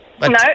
No